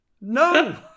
No